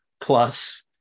plus